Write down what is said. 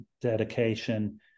dedication